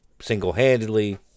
single-handedly